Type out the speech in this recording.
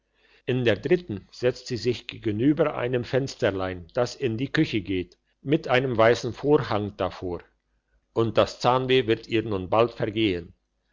in der dritten setzt sie sich gegenüber einem fensterlein das in die küche geht mit einem weissen vorhang davor und das zahnweh wird ihr nun bald vergehen